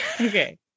Okay